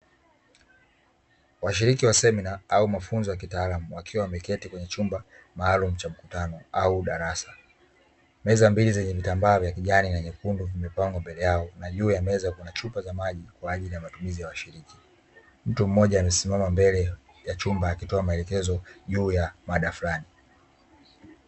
Washiriki wa semina au mafunzo ya kitaalamu wakiwa wameketi kwenye chumba maalumu cha mkutano au darasa, meza mbili zenye vitambaa vya kijani na nyekundu zimepangwa mbele yao na juu ya meza kuna chupa za maji kwa ajili ya washiriki, mtu mmoja amesimama mbele ya chumba akitoa maelekezo juu ya mada fulani.